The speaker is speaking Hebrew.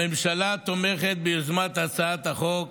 הממשלה תומכת ביוזמת הצעת החוק